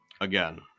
Again